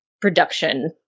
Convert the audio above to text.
production